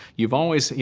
you've always,